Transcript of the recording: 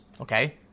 Okay